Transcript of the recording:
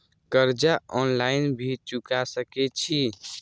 कर्जा ऑनलाइन भी चुका सके छी?